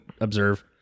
observe